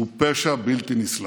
הוא פשע בלתי נסלח.